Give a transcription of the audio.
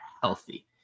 healthy